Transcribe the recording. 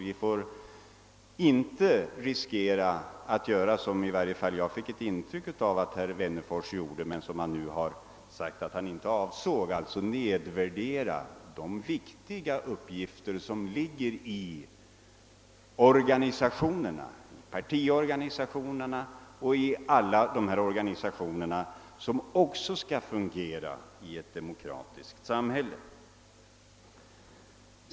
Vi får inte riskera att göra så som jag fick ett intryck av att herr Wennerfors gjorde men som han nu har sagt att han inte avsåg att göra, nämligen nedvärdera de viktiga uppgifter som ligger hos partiorganisationerna och alla dessa andra organisationer som också skall fungera i ett demokratiskt samhälle.